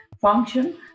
function